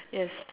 yes